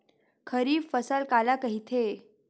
खरीफ फसल काला कहिथे?